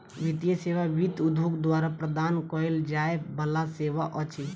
वित्तीय सेवा वित्त उद्योग द्वारा प्रदान कयल जाय बला सेवा अछि